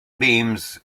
beams